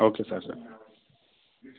okay sir